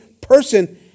person